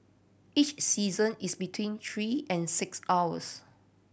each session is between three and six hours